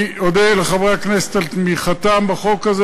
אני אודה לחברי הכנסת על תמיכתם בחוק הזה,